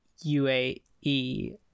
uae